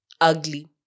ugly